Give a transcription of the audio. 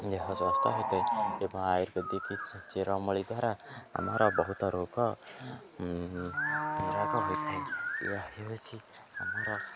ଦେହ ସ୍ୱାସ୍ଥ୍ୟ ହୋଇଥାଏ ଏବଂ ଆୟୁର୍ବେଦିକି ଚେରମୂଳି ଦ୍ୱାରା ଆମର ବହୁତ ରୋଗ ରୋଗ ହୋଇଥାଏ ଏହା ହେଉଛି ଆମର